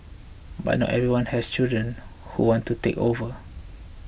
but not everyone has children who want to take over